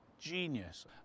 Genius